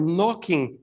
knocking